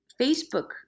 Facebook